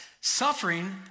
Suffering